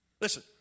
Listen